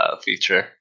feature